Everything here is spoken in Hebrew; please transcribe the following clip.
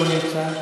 לא נמצא,